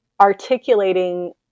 articulating